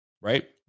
right